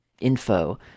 .info